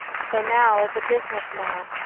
so now, as a business man,